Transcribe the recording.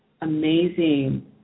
amazing